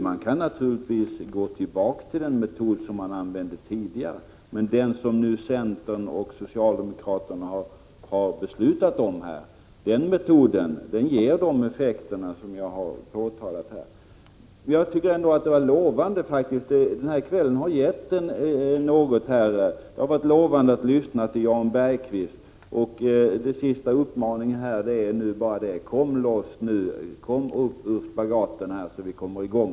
Man kan naturligtvis gå tillbaka till den metod som man använde tidigare, men den metod som nu centern och socialdemokraterna har bestämt sig för ger de effekter som jag har påtalat. Jag tycker ändå att den här kvällen har gett något. Det har varit lovande att lyssna på Jan Bergqvist. Den sista uppmaningen till honom är bara: Kom loss nu! Kom upp ur spagat-läget så att vi kommer i gång!